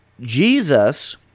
Jesus